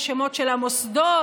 יש שמות של המוסדות.